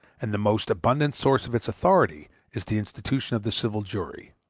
and the most abundant source of its authority is the institution of the civil jury.